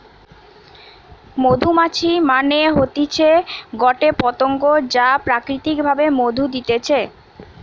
মধুমাছি মানে হতিছে গটে পতঙ্গ যা প্রাকৃতিক ভাবে মধু দিতেছে